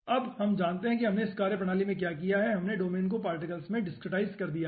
अब हम जानते हैं कि हमने इस कार्यप्रणाली में क्या किया है कि हमने डोमेन को पार्टिकल्स में डिसक्रीटाईजड़ कर दिया है